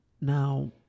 Now